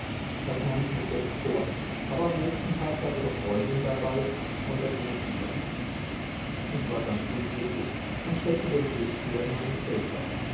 das nahm ich mir fest vor aber am nächsten tag war ihre freundin dabei und da ging es wieder nicht ich war ganz unglücklich und steckte den brief wieder in meinen